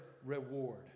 reward